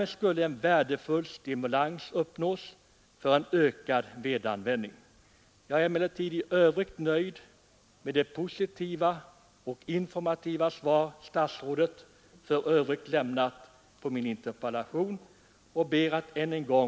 Därmed skulle en